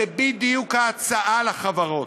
זו בדיוק ההצעה לחברות,